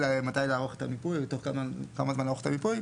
לערוך את המיפוי או תוך כמה זמן לערוך את המיפוי.